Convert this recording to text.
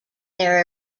their